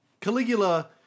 Caligula